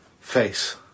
face